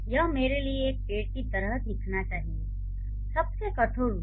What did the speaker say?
यह मेरे लिए एक पेड़ की तरह दिखना चाहिए सबसे कठोर रूप